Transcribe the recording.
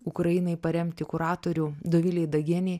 ukrainai paremti kuratorių dovilei dagienei